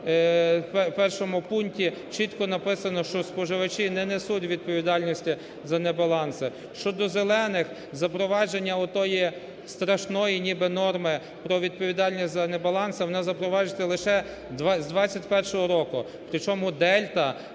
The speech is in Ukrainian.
в першому пункті… чітко написано, що споживачі не несуть відповідальності за небаланси. Щодо "зелених" запровадження отої страшної ніби норми про відповідальність за небаланси, воно запроваджується лише з 21 року.